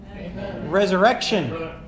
Resurrection